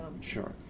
Sure